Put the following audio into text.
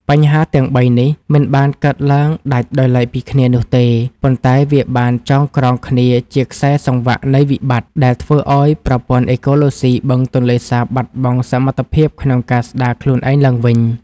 បញ្ហាទាំងបីនេះមិនបានកើតឡើងដាច់ដោយឡែកពីគ្នានោះទេ ប៉ុន្តែវាបានចងក្រងគ្នាជាខ្សែសង្វាក់នៃវិបត្តិ ដែលធ្វើឱ្យប្រព័ន្ធអេកូឡូស៊ីបឹងទន្លេសាបបាត់បង់សមត្ថភាពក្នុងការស្តារខ្លួនឯងឡើងវិញ។